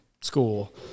school